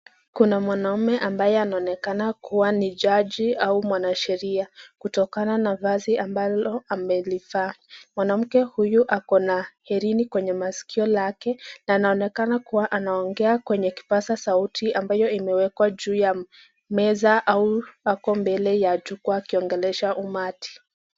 Kuna mwanaume ambaye anaonekana kuwa ni jaji, au mwanasheria kutokana na vazi ambalo amelivaa, mwanamke huyu ako na herini kwenye maskio na anaonekana anaongea kwenye kipasa sauti ambayo imewekwa juu ya meza au hapo mbele ya jukwa akiongelesha umati